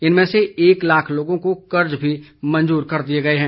इनमें से एक लाख लोगों को कर्ज भी मंजूर कर दिए गए हैं